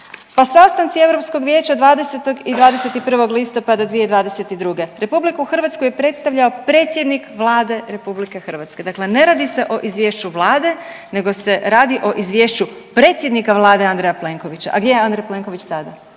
Pa sastanci Europskog vijeća 20. i 21. listopada 2022. RH je predstavljao predsjednik Vlade RH, dakle ne radi se o izvješću vlade nego se radi o izvješću predsjednika vlade Andreja Plenkovića, a gdje je Andrej Plenković sada?